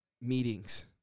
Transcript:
meetings